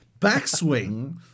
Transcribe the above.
backswing